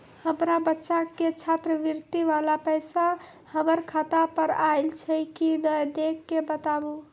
हमार बच्चा के छात्रवृत्ति वाला पैसा हमर खाता पर आयल छै कि नैय देख के बताबू?